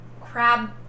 crab